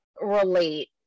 relate